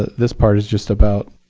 this part is just about,